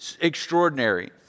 extraordinary